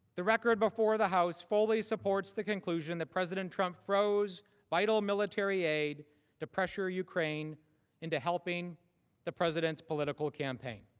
the record before the house fully supports the conclusion that president trump froze but military had to pressure ukraine into helping the presidents political campaign.